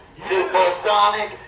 Supersonic